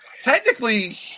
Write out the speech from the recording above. technically